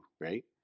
Right